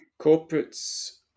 Corporates